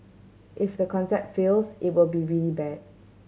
if the concept fails it will be really bad